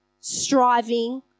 striving